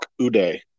Uday